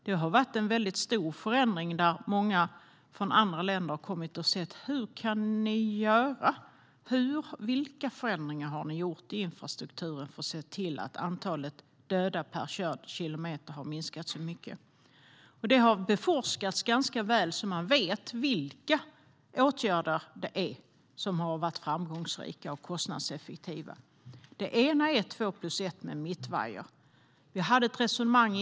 Det har varit en stor förändring, och många har kommit hit från andra länder för att se hur man kan göra och vilka förändringar vi har gjort i infrastrukturen för att minska antalet dödade per körd kilometer så mycket. Den ena åtgärden är två-plus-ett-vägar med mittvajer.